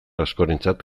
askorentzat